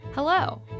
Hello